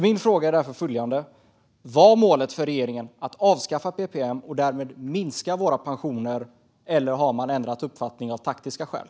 Min fråga är följande: Var målet för regeringen att avskaffa PPM och därmed minska våra pensioner, eller har man av taktiska skäl ändrat uppfattning?